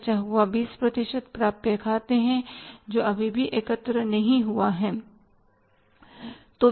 बचा हुआ 20 प्रतिशत प्राप्य खाते हैं जो अभी भी एकत्र नहीं हुए हैं